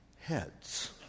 heads